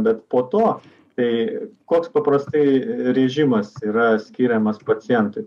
bet po to tai koks paprastai režimas yra skiriamas pacientui